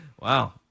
Wow